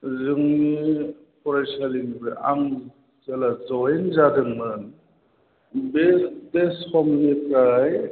जोंनि फरायसालिनिफ्राय आं जेब्ला जइन जादोंमोन बे समनिफ्राय